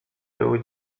były